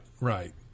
right